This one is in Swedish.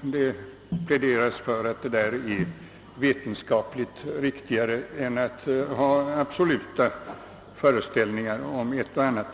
Det pläderas där för att detta är vetenskapligt riktigare än absoluta normer på dessa områden.